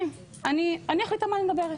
חברים, אני אחליט על מה אני מדברת.